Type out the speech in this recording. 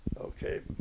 Okay